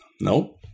no